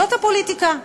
זאת הפוליטיקה.